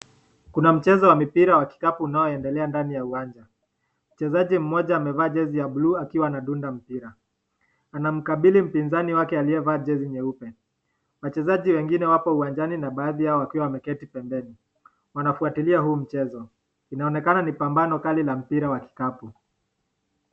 Kuna mchezo wa mipira wa kikapu unaoendelea ndani ya uwanja. Mchezaji mmoja amevaa jezi ya blue , akiwa anadunda mpira. Anamkabili mpinzani wake aliyevaa jezi nyeupe. Wachezaji wengine wapo uwanjani na baadhi yao wakiwa wameketi pembeni. Wanafuatilia huu mchezo. Inaonekana ni pambano kali la mpira wa kikapu.